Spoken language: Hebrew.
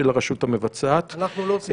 של הרשות המבצעת --- אנחנו לא עושים כלום שם?